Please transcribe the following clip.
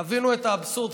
תבינו את האבסורד,